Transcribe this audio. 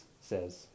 says